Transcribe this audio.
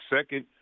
Second